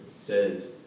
says